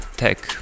tech